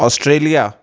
Australia